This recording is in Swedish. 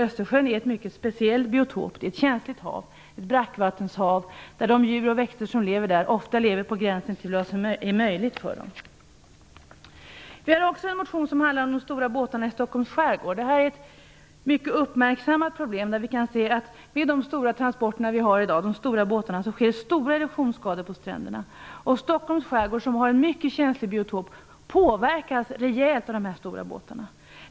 Östersjön är en mycket speciell biotop, ett känsligt brackvattenshav vars djur och växter ofta befinner på överlevnadsgränsen. Vi har också en motion som handlar om de stora båtarna i Stockholms skärgård. Det är ett mycket uppmärksammat problem. Transporterna med de stora båtarna ger svåra erosionsskador på stränderna. Stockholms skärgård, som har en mycket känslig biotop, påverkas rejält av dessa stora båtar.